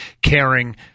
caring